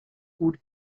would